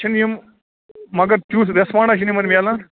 چھِنہٕ یِم مگر تٮُ۪تھ ریسپانٛڈاہ چھُنہٕ یِمَن میلان